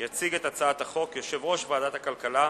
יציג את הצעת החוק יושב-ראש ועדת הכלכלה,